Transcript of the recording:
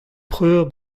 preur